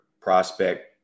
prospect